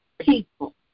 people